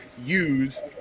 use